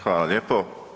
Hvala lijepo.